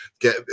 get